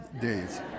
days